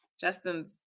Justin's